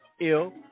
Ill